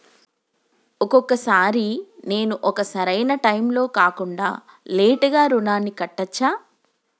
ఒక్కొక సారి నేను ఒక సరైనా టైంలో కాకుండా లేటుగా రుణాన్ని కట్టచ్చా?